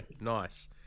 Nice